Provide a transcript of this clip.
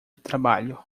trabalho